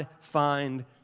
find